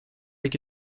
iki